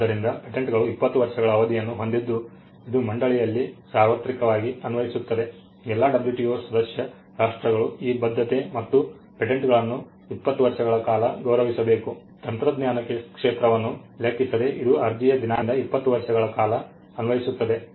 ಆದ್ದರಿಂದ ಪೇಟೆಂಟ್ಗಳು 20 ವರ್ಷಗಳ ಅವಧಿಯನ್ನು ಹೊಂದಿದ್ದು ಇದು ಮಂಡಳಿಯಲ್ಲಿ ಸಾರ್ವತ್ರಿಕವಾಗಿ ಅನ್ವಯಿಸುತ್ತದೆ ಎಲ್ಲಾ WTO ಸದಸ್ಯ ರಾಷ್ಟ್ರಗಳು ಆ ಬದ್ಧತೆ ಮತ್ತು ಪೇಟೆಂಟ್ಗಳನ್ನು 20 ವರ್ಷಗಳ ಕಾಲ ಗೌರವಿಸಬೇಕು ತಂತ್ರಜ್ಞಾನ ಕ್ಷೇತ್ರವನ್ನು ಲೆಕ್ಕಿಸದೆ ಇದು ಅರ್ಜಿಯ ದಿನಾಂಕದಿಂದ 20 ವರ್ಷಗಳ ಕಾಲ ಅನ್ವಯಿಸುತ್ತದೆ